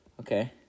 Okay